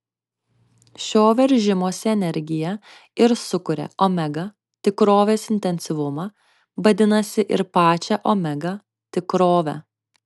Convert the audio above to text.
šio veržimosi energija ir sukuria omega tikrovės intensyvumą vadinasi ir pačią omega tikrovę